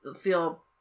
feel